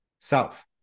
south